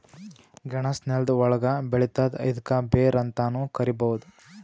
ಗೆಣಸ್ ನೆಲ್ದ ಒಳ್ಗ್ ಬೆಳಿತದ್ ಇದ್ಕ ಬೇರ್ ಅಂತಾನೂ ಕರಿಬಹುದ್